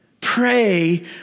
Pray